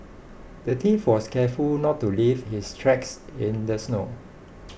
the thief was careful not to leave his tracks in the snow